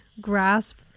grasp